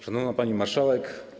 Szanowna Pani Marszałek!